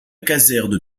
caserne